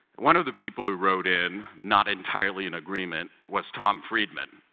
one of the people who wrote in, not entirely in agreement, was tom friedman.